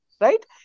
right